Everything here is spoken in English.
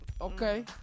Okay